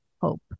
hope